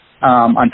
on